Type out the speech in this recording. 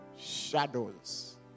Shadows